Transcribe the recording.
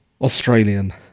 Australian